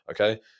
okay